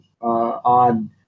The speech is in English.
odd